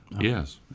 Yes